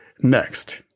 Next